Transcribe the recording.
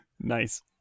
Nice